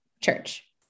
church